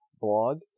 blog